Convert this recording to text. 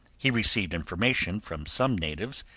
he received information from some natives,